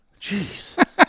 Jeez